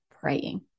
praying